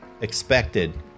expected